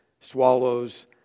swallows